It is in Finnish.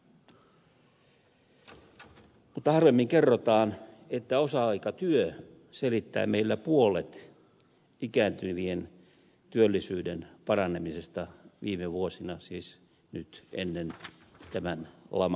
mutta harvemmin kerrotaan että osa aikatyö selittää meillä puolet ikääntyvien työllisyyden paranemisesta viime vuosina siis nyt ennen tämän laman aikaa